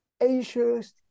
Asia's